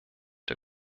der